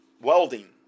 welding